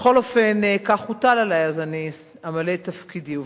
בכל אופן, כך הוטל עלי, אז אני אמלא את תפקידי.